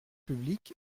publique